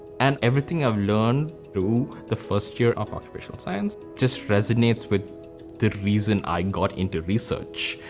and everything i've learned through the first year of occupational science, just resonates with the reason i got into research,